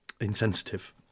insensitive